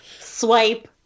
Swipe